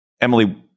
Emily